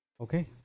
Okay